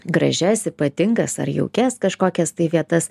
gražias ypatingas ar jaukias kažkokias vietas